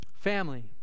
Family